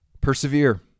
Persevere